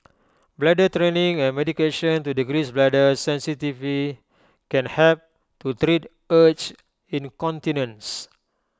bladder training and medication to decrease bladder sensitivity can help to treat urge incontinence